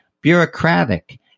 bureaucratic